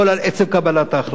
על עצם קבלת ההחלטה,